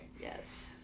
Yes